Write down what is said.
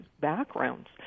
backgrounds